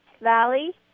Valley